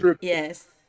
Yes